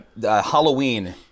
Halloween